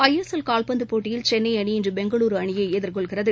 ஐ S L கால்பந்து போட்டியில் சென்னை அணி இன்று பெங்களுரு அணியை எதிர்னெள்கிறது